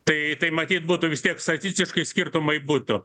tai tai matyt būtų vis tiek statistiškai skirtumai būtų